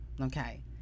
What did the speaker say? okay